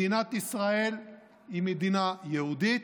מדינת ישראל היא מדינה יהודית,